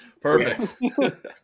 Perfect